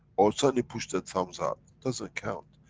or suddenly push the thumbs out. doesn't count,